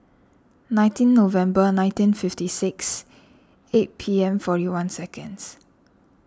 nineteen November nineteen fifty six eight P M forty one seconds